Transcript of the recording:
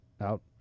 out